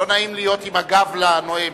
לא נעים להיות עם הגב לנואם.